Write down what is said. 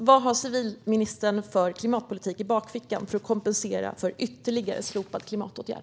Vad har civilministern för klimatpolitik i bakfickan för att kompensera för ytterligare en slopad klimatåtgärd?